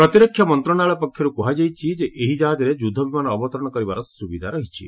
ପ୍ରତିରକ୍ଷା ମନ୍ତ୍ରଣାଳୟ ପକ୍ଷରୁ କୁହାଯାଇଛି ଯେ ଏହି ଜାହାଜରେ ଯୁଦ୍ଧ ବିମାନ ଅବତରଣ କରିବାର ସ୍ରବିଧା ରହିଛି